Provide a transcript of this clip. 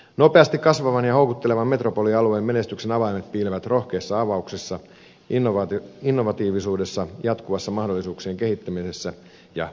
nopeasti kasvavan ja houkuttelevan metropolialueen menestyksen avaimet piilevät rohkeissa avauksissa innovatiivisuudessa jatkuvassa mahdollisuuksien kehittämisessä ja yhteistyössä